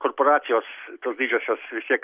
korporacijos tos didžiosios vis tiek